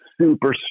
super